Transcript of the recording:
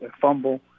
fumble